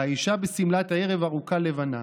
והאישה בשמלת ערב ארוכה לבנה.